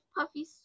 Puffy